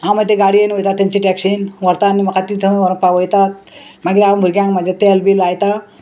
हांव मागीर ते गाडयेन वयता तेंची टॅक्सीन व्हरता आनी म्हाका ती थंय व्हरोन पावयता मागीर हांव भुरग्यांक म्हाज्या तेल बी लायता